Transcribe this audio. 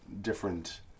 different